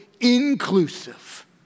inclusive